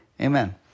Amen